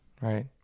right